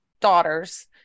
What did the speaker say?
daughters